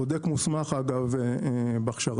בודק מוסמך אגב בהכשרתי,